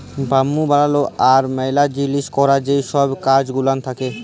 bamboo বালালো আর ম্যালা জিলিস ক্যরার যে ছব কাজ গুলান থ্যাকে